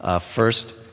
first